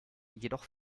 jedoch